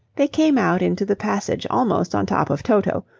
they came out into the passage almost on top of toto,